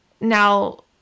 Now